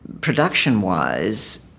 Production-wise